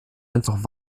einfach